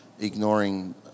ignoring